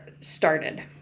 started